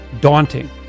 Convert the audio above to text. daunting